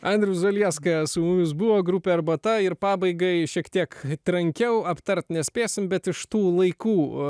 andrius zalieska su mumis buvo grupė arbata ir pabaigai šiek tiek trankiau aptarti nespėsime bet iš tų laikų